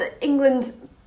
England